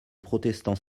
protestant